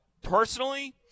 Personally –